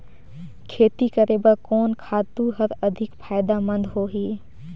खेती करे बर कोन खातु हर अधिक फायदामंद होही?